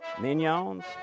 Mignons